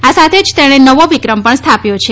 આ સાથે જ તેણે નવો વિક્રમ પણ સ્થાપ્યો છે